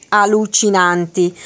allucinanti